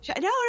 no